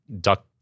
duck